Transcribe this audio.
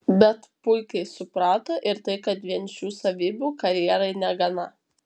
bet puikiai suprato ir tai kad vien šių savybių karjerai negana